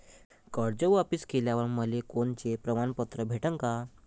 कर्ज वापिस केल्यावर मले कोनचे प्रमाणपत्र भेटन का?